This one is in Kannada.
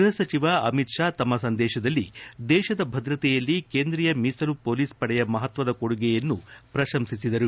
ಗೃಪ ಸಚಿವ ಅಮಿತ್ ಶಾ ತಮ್ಮ ಸಂದೇಶದಲ್ಲಿ ದೇಶದ ಭದ್ರತೆಯಲ್ಲಿ ಕೇಂದ್ರೀಯ ಮೀಸಲು ಪೊಲೀಸ್ ಪಡೆಯ ಮಹತ್ವದ ಕೊಡುಗೆಯನ್ನು ಪ್ರಶಂಸಿಸಿದರು